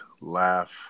laugh